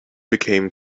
became